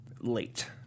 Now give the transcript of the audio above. late